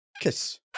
Kiss